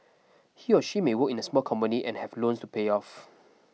he or she may work in a small company and have loans pay off